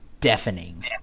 deafening